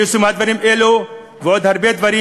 אי-יישום הדברים האלה ועוד הרבה דברים